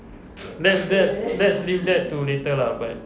let let let's leave that to later lah but